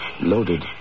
Loaded